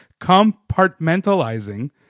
Compartmentalizing